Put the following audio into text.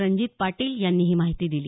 रणजित पाटील यांनी ही माहिती दिली